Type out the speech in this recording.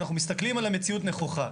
אנחנו מסתכלים על המציאות נכוחה.